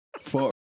Fuck